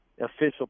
official